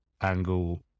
angle